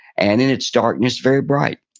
and then its darkness very bright